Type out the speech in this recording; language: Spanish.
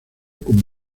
con